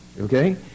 Okay